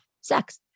sex